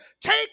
Take